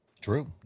True